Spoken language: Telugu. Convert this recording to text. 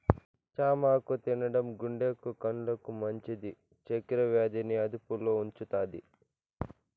చామాకు తినడం గుండెకు, కండ్లకు మంచిది, చక్కర వ్యాధి ని అదుపులో ఉంచుతాది